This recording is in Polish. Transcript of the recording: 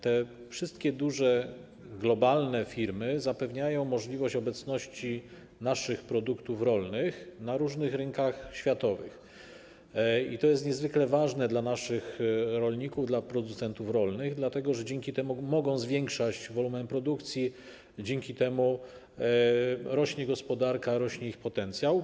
Te wszystkie duże, globalne firmy zapewniają możliwość obecności naszych produktów rolnych na różnych rynkach światowych i to jest niezwykle ważne dla naszych rolników, dla producentów rolnych, dlatego że dzięki temu mogą zwiększać wolumen produkcji, dzięki temu rośnie gospodarka, rośnie ich potencjał.